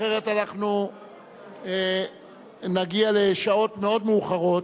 אחרת אנחנו נגיע לשעות מאוד מאוחרות,